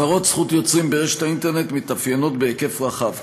הפרת זכות יוצרים באינטרנט מתאפיינת בהיקף רחב.